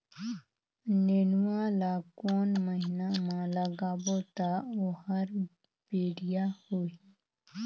नेनुआ ला कोन महीना मा लगाबो ता ओहार बेडिया होही?